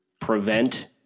prevent